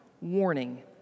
warning